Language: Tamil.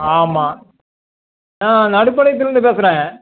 ஆமாம் ஆ நான் நடுப்பாளையத்திலேருந்து பேசுகிறேன்